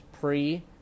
pre